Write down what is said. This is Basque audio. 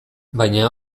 baina